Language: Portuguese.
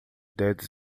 dedos